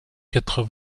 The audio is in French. quatre